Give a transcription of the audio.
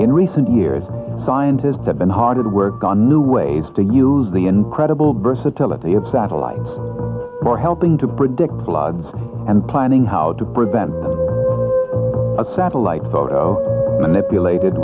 in recent years scientists have been hard at work on new ways to use the incredible versatility of satellites helping to predict blogs and planning how to prevent a satellite photo manipulat